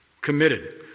committed